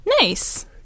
Nice